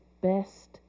best